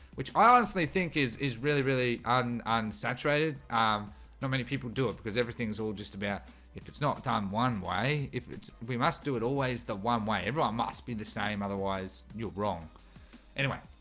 which i honestly think is is really really unsaturated um not many people do it because everything is all just about if it's not done one way if it's we must do it always the one way everyone must be the same. otherwise you're wrong anyway,